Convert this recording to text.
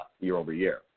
year-over-year